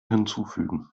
hinzufügen